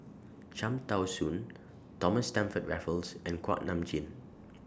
Cham Tao Soon Thomas Stamford Raffles and Kuak Nam Jin